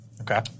Okay